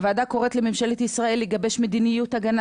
הוועדה קוראת לממשלת ישראל לגבש מדיניות הגנה